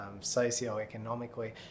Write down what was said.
socioeconomically